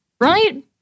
right